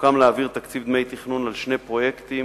סוכם להעביר תקציב דמי תכנון של שני פרויקטים